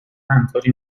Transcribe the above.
همکاری